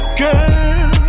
girl